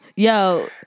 Yo